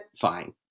Fine